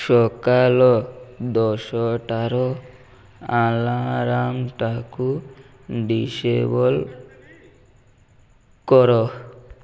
ସକାଳ ଦଶଟାର ଆଲାର୍ମଟାକୁ ଡିସେବଲ୍ କର